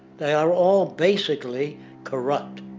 they are all basically corrupt.